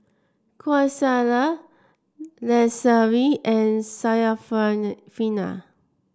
Qaisara Lestari and Syarafina